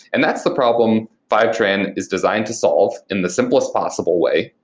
and that's the problem fivetran is designed to solve in the simplest possible way.